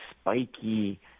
spiky